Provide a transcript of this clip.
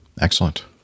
Excellent